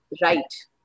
right